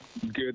good